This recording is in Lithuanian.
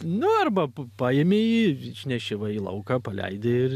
nu arba paimi jį išneši va į lauką paleidi